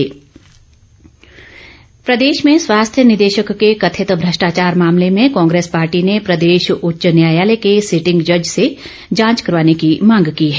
कुलदीप राठौर प्रदेश में स्वास्थ्य निदेशक के कथित भ्रष्टाचार मामले में कांग्रेस पार्टी ने प्रदेश उच्च न्यायालय के सीटिंग जज से जांच करवाने की मांग की है